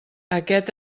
aquest